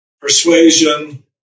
persuasion